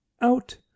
out